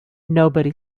nobody